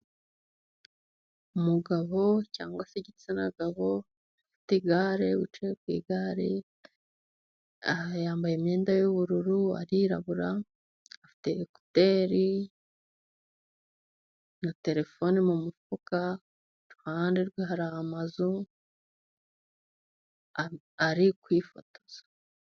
Umugabo cyangwa se igitsinagabo ufite igare wicaye ku igare ,yambaye imyenda y'ubururu, arirabura afite na terefone mu mufuka, iruhande rwe hari amazu ,ari kwifotoza.